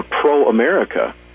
pro-America